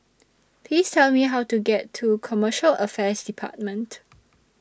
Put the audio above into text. Please Tell Me How to get to Commercial Affairs department